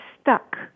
stuck